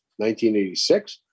1986